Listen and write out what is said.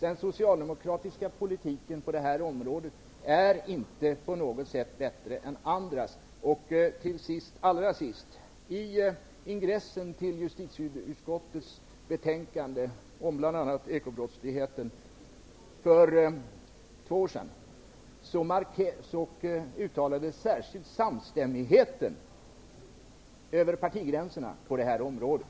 Den socialdemokratiska politiken på det här området är inte på något sätt bättre än andras. Allra sist: I ingressen till justitieutskottets betänkande för två år sedan om bl.a. ekobrottsligheten framhölls särskilt samstämmigheten över partigränserna på det här området.